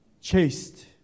chaste